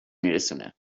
میرسونه